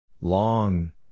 Long